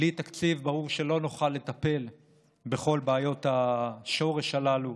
בלי תקציב ברור שלא נוכל לטפל בכל בעיות השורש הללו.